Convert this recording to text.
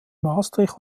maastricht